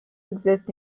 exists